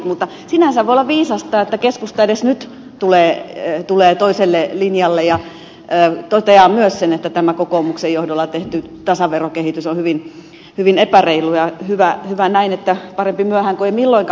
mutta sinänsä voi olla viisasta että keskusta edes nyt tulee toiselle linjalle ja toteaa myös sen että tämä kokoomuksen johdolla tehty tasaverokehitys on hyvin epäreilu ja hyvä näin parempi myöhään kuin ei milloinkaan